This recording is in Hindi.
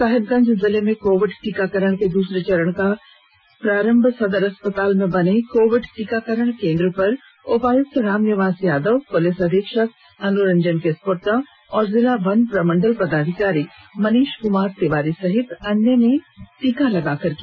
साहिबगंज जिले में कोविड टीकाकरण के दुसरे चरण का प्रारंभ सदर अस्पताल में बने कोविड टीकाकरण केंद्र पर उपायुक्त रामनिवास यादव पुलिस अधीक्षक अनुरंजन किस्पोट्टा और जिला वन प्रमंडल पदाधिकारी मनीष कमार तिवारी सहित अन्य ने को भी टीका लगाकर किया